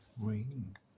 Ring